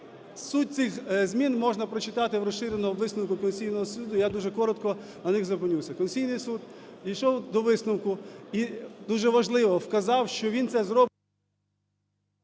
Суть цих змін можна прочитати в розширеному висновку Конституційного Суду, я дуже коротко на них зупинюся. Конституційний Суд дійшов до висновку і, дуже важливо, вказав, що він це зробить…